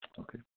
Okay